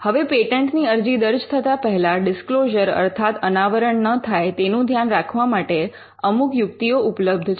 હવે પેટન્ટની અરજી દર્જ થતાં પહેલા ડિસ્ક્લોઝર અર્થાત અનાવરણ ન થાય તેનું ધ્યાન રાખવા માટે અમુક યુક્તિઓ ઉપલબ્ધ છે